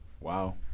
Wow